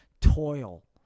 toil